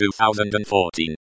2014